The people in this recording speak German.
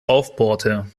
aufbohrte